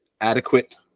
adequate